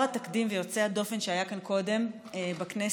התקדים והיוצא דופן שהיה כאן קודם בכנסת.